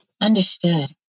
Understood